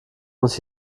muss